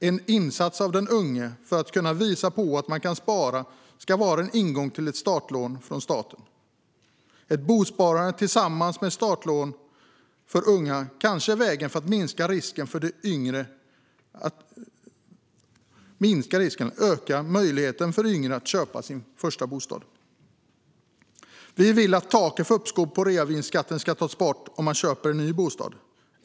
En insats av den unge för att kunna visa att man kan spara ska vara en ingång till ett startlån från staten. Ett bosparande tillsammans med ett startlån för unga kanske är vägen för att öka möjligheten för yngre att köpa sin första bostad. Vi vill att taket för uppskov av reavinstskatten ska tas bort om man köper en ny bostad.